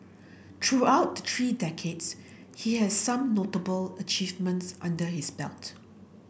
throughout the three decades he has some notable achievements under his belt